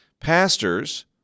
Pastors